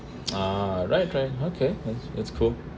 ah right right okay it it's cool